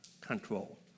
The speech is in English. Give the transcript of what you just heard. control